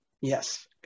Yes